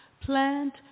Plant